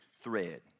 thread